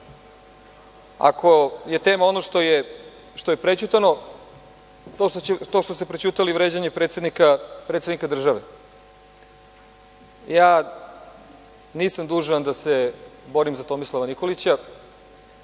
ako je tema ono što je prećutano, to što ste prećutali vređanje predsednika države. Ja nisam dužan da se borim za Tomislava Nikolića,